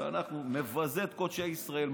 מבזה את קודשי ישראל,